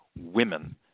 women